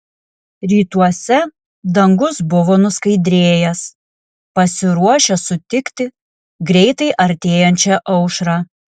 rytuose dangus buvo nuskaidrėjęs pasiruošęs sutikti greitai artėjančią aušrą